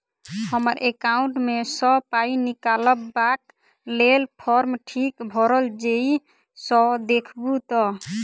हम्मर एकाउंट मे सऽ पाई निकालबाक लेल फार्म ठीक भरल येई सँ देखू तऽ?